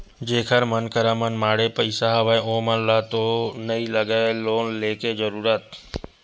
जेखर मन करा मनमाड़े पइसा हवय ओमन ल तो नइ लगय लोन लेके जरुरत